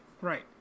right